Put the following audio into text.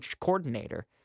coordinator